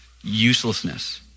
uselessness